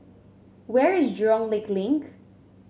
where is Jurong Lake Link